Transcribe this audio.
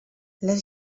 les